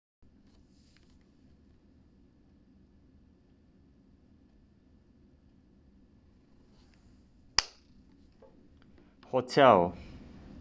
hotel